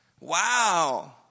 Wow